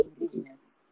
indigenous